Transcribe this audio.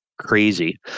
crazy